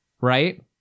right